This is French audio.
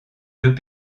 deux